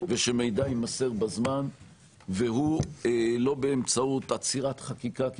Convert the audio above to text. ושמידע יימסר בזמן והוא לא באמצעות עצירת חקיקה כי